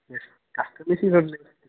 yes customise